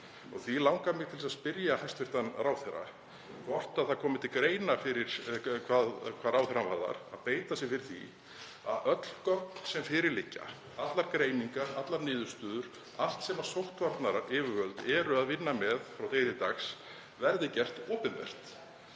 Því langar mig til að spyrja hæstv. ráðherra hvort það komi til greina hvað ráðherrann varðar að beita sér fyrir því að öll gögn sem fyrir liggja, allar greiningar, allar niðurstöður, allt sem sóttvarnayfirvöld eru að vinna með frá degi til dags, verði gerð opinber